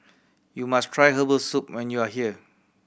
you must try herbal soup when you are here